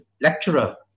Lecturer